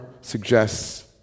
suggests